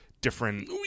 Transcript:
different